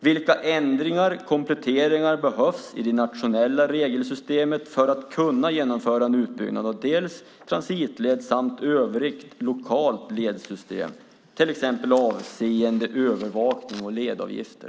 Vilka ändringar eller kompletteringar behövs i det nationella regelsystemet för att kunna genomföra en utbyggnad av dels transitled, dels övrigt lokalt ledsystem, till exempel avseende övervakning och ledavgifter?